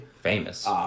Famous